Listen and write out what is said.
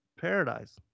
paradise